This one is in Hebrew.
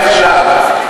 להם עכשיו: